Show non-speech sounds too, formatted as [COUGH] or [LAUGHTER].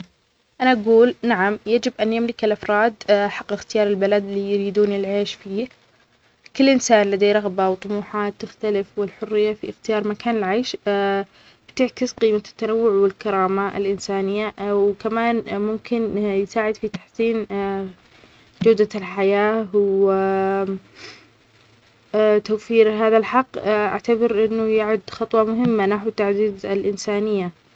انا اقول نعم يجب ان يملك الأفراد حق اختيار البلد اللي يريدون العيش فيه كل انسان لديه رغبة وطموحات تختلف والحرية في اختيار مكان نعيش [HESITATION] بتعكس قيمة التنوع والكرامة الإنسانية وكمان ممكن يساعد في تحسين [HESITATION] جودة الحياة و [HESITATION] توفير هذا الحق اعتبر انه يعد خطوة مهمة نحو تعزيز الانسانية